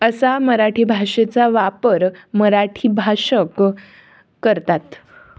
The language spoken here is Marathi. असा मराठी भाषेचा वापर मराठी भाषक करतात